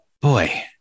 boy